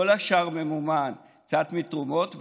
כל השאר ממומן קצת מתרומות,